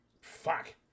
fuck